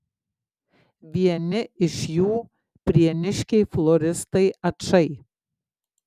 vieni iš jų prieniškiai floristai ačai